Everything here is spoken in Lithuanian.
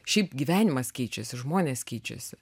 šiaip gyvenimas keičiasi žmonės keičiasi